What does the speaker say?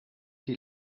die